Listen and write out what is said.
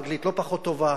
אנגלית לא פחות טובה.